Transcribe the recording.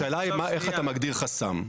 השאלה היא איך אתה מגדיר חסם.